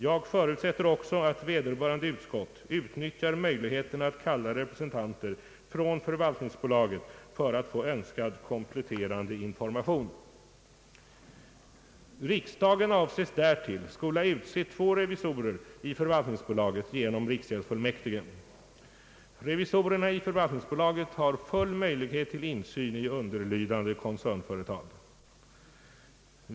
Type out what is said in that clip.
Jag förutsätter också att vederbörande utskott utnyttjar möjligheterna att kalla representanter från förvaltningsbolaget för att få önskad kompletterande information. Riksdagen avses därtill skola utse två revisorer i förvaltningsbolaget genom riksgäldsfullmäktige. Revisorerna i förvaltningsbolaget har full möjlighet till insyn i underlydande koncernföretag.